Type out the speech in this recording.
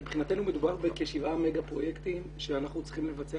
מבחינתנו מדובר בכשבעה מגה פרויקטים שאנחנו צריכים לבצע